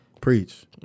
Preach